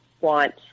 want